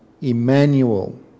Emmanuel